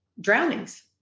drownings